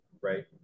right